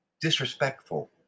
disrespectful